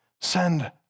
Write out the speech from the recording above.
Send